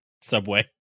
subway